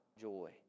joy